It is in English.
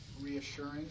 reassuring